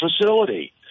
facility